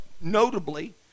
notably